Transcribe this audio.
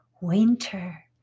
winter